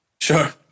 Sure